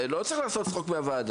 לא צריך לעשות צחוק מהוועדה.